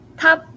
top